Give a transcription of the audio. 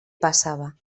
passava